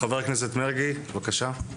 חבר הכנסת מרגי, בבקשה.